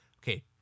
okay